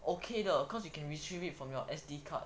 okay 的 cause you can retrieve it from your S_D card